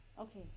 okay